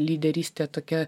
lyderystė tokia